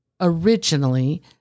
originally –